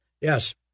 Yes